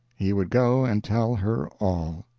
he would go and tell her all.